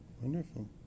Wonderful